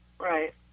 Right